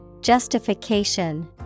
Justification